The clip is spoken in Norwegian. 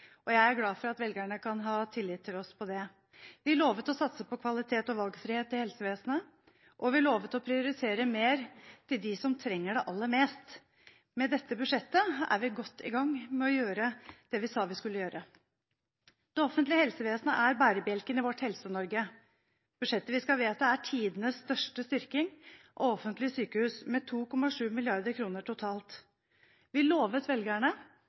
og jeg er glad for at velgerne kan ha tillit til oss på det området. Vi lovet å satse på kvalitet og valgfrihet i helsevesenet, og vi lovet å prioritere mer til dem som trenger det aller mest. Med dette budsjettet er vi godt i gang med å gjøre det vi sa vi skulle gjøre. Det offentlige helsevesenet er bærebjelken i Helse-Norge. Budsjettet vi skal vedta, er tidenes største styrking av offentlige sykehus, med 2,7 mrd. kr totalt. Vi lovet velgerne